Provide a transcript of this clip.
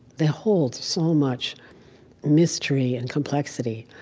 they hold so much mystery and complexity.